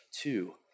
two